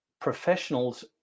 professionals